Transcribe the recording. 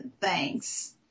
thanks